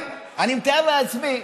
אני מתאר לעצמי,